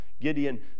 gideon